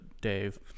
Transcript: Dave